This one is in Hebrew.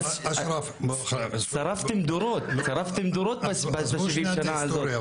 שרפתם דורות ב-70 השנים האלה.